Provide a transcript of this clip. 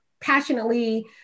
passionately